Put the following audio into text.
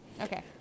Okay